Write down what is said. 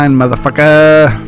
motherfucker